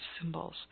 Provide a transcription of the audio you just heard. symbols